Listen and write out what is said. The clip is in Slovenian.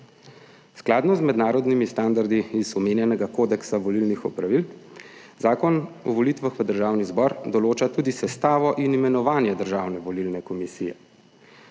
Skladno z mednarodnimi standardi iz omenjenega kodeksa volilnih opravil Zakon o volitvah v državni zbor določa tudi sestavo in imenovanje državne volilne komisije.